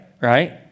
right